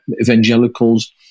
Evangelicals